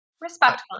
Respectfully